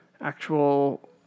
Actual